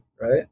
right